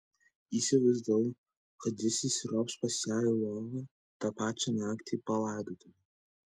įsivaizdavau kad jis įsiropš pas ją į lovą tą pačią naktį po laidotuvių